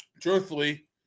truthfully